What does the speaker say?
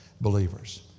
believers